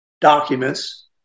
documents